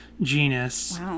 genus